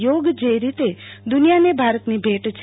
યોગ જે રીતે દુનિયાને ભારતની ભેટ છે